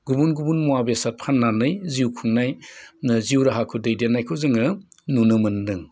गुबुन गुबुन मुवा बेसाद फाननानै जिउ खुंनाय जिउ राहाखौ दैदेननायखौ जोङो नुनो मोन्दों